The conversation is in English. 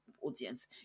audience